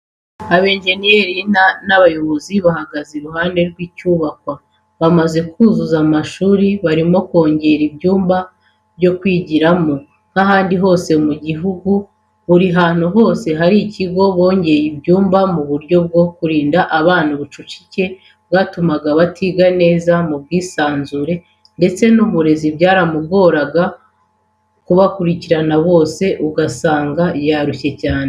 Abayenjeniyeri, abayobozi bahagaze iruhande rw'icyubakwa bamaze kuzuza n'amashuri barimo kongeraho ibyumba byo kwigiramo. Nk'ahandi hose mu gihugu, buri hantu hose hari ikigo bongereye ibyumba mu buryo bwo kurinda abana ubucucike bwatumaga batiga neza, mubwisanzure ndetse n'umurezi byaramugoraga kubakurikirana bose ugasanga yarushye cyane.